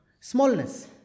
smallness